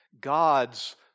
God's